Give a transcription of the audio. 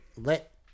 let